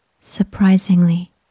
Surprisingly